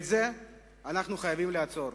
את זה אנחנו חייבים לעצור.